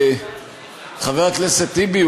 חבר הכנסת טיבי,